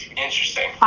interesting.